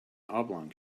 oblong